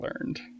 learned